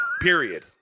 Period